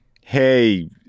hey